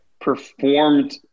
performed